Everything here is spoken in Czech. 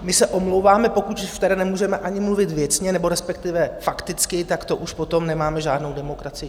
My se omlouváme, pokud tedy nemůžeme ani mluvit věcně, nebo respektive fakticky, tak to už potom nemáme žádnou demokracii.